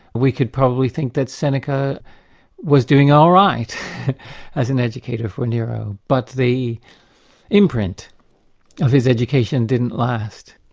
we could probably think that seneca was doing all right as an educator for nero. but the imprint of his education didn't last.